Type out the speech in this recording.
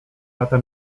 lata